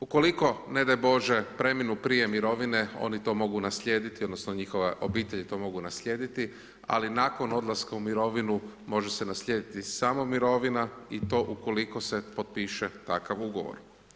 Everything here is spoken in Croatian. Ukoliko ne daj Bože preminu prije mirovine oni to mogu naslijediti, odnosno njihove obitelji to mogu naslijediti ali nakon odlaska u mirovinu može se naslijediti samo mirovina i to ukoliko se potiše takav ugovor.